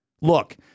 Look